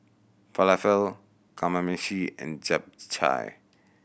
Falafel Kamameshi and Japchae